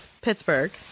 Pittsburgh